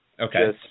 Okay